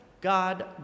God